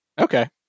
Okay